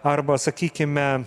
arba sakykime